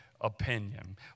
opinion